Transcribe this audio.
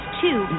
two